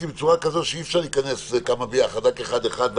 בצורה כזו שאי-אפשר להיכנס כמה ביחד אלא רק אחד-אחד.